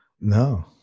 No